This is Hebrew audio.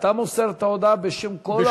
אתה מוסר את ההודעה בשם כל האופוזיציה?